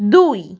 দুই